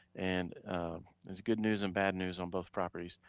and there's good news and bad news on both properties.